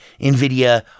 NVIDIA